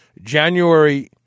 January